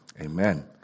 amen